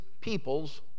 people's